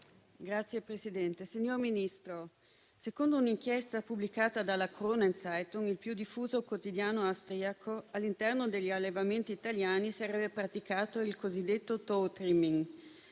Signor Presidente, signor Ministro, secondo un'inchiesta pubblicata dalla «Kronen Zeitung», il più diffuso quotidiano austriaco, all'interno degli allevamenti italiani sarebbe praticato il cosiddetto *toe trimming*.